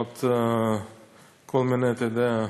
עוד כל מיני, אתה יודע,